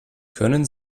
können